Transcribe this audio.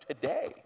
today